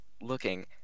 looking